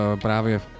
právě